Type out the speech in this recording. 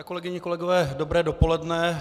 Kolegyně, kolegové, dobré dopoledne.